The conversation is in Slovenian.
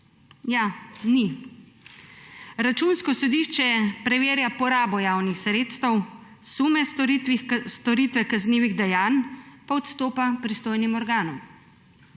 res. Ni. Računsko sodišče preverja porabo javnih sredstev, sume storitve kaznivih dejanj pa odstopa pristojnim organom.